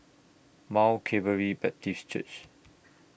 Mount Calvary Baptist Church